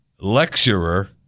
lecturer